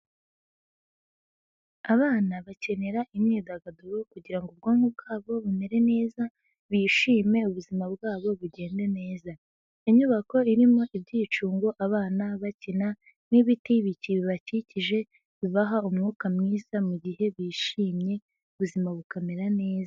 Abana bakenera imyidagaduro kugira ngo ubwonko bwabo bumere neza, bishime ubuzima bwabo bugende neza, inyubako irimo ibyicungo abana bakina n'ibiti bikibakikije bibaha umwuka mwiza mugihe bishimye, ubuzima bukamera neza.